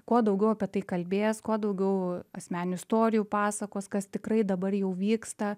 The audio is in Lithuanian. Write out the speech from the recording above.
kuo daugiau apie tai kalbės kuo daugiau asmeninių istorijų pasakos kas tikrai dabar jau vyksta